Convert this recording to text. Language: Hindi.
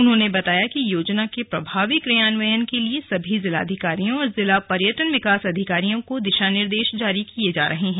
उन्होंने बताया कि योजना के प्रभावी क्रियान्वयन के लिए सभी जिलाधिकारियों और जिला पर्यटन विकास अधिकारियों को दिशा निर्देश जारी किये जा रहे हैं